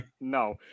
no